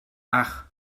ach